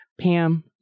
Pam